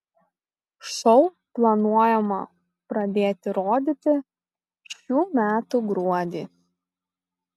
šou planuojama pradėti rodyti šių metų gruodį